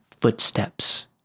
footsteps